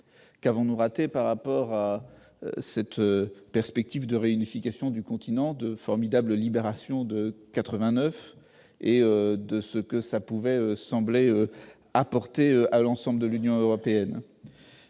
Qu'avons-nous raté par rapport à cette perspective de réunification du continent, par rapport à cette formidable libération de 1989 et ce que cela semblait pouvoir apporter à l'ensemble de l'Union européenne ?